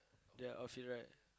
their outfit right